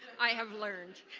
i have learned